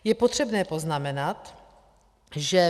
Je potřebné poznamenat, že